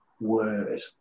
word